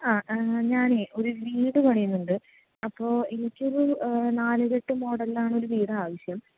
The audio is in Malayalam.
ആ ഞാനേയ് ഒരു വീട് പണിയുന്നുണ്ട് അപ്പോൾ എനിക്കൊരു നാലുകെട്ട് മോഡലിലാണ് ഒരു വീട് ആവിശ്യം